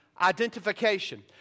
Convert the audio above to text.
identification